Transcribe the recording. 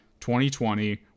2020